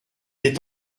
est